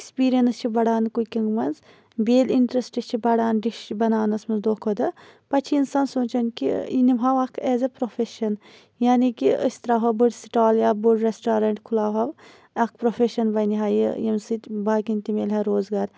experience چھِ بَڑان cooking مَنٛز بییٚہِ ییٚلہِ اِنٹرسٹ چھُ بَڑان ڈِش بَناونَس مَنٛز دۄہ کھۄتہٕ دۄہ پَتہٕ چھُ اِنسان سونٛچان کہِ یہِ نِمہٕ ہا بہٕ اکھ ایز اےٚ پروفیشَن یعنٕے کہِ أسۍ تراوہو بٔڑۍ سٹال یا بوٚڈ ریٚسٹورنٹ کھُلاوہو اکھ پروفیشَن بَنہِ ہا یہِ ییٚمہِ سۭتۍ باقیَن تہِ مِلہِ ہا روزگار